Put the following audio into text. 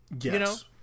Yes